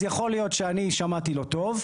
אז יכול להיות שאני שמעתי לא טוב.